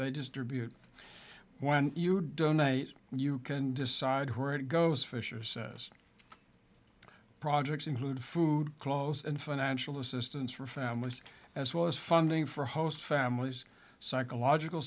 they distribute when you don't die and you can decide where it goes fisher says projects include food clothes and financial assistance for families as well as funding for host families psychological